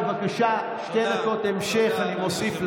בבקשה, שתי דקות המשך אני מוסיף לך.